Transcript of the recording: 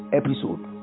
episode